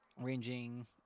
ranging